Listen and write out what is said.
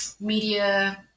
media